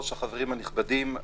החברים הנכבדים,